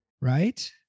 right